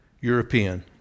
European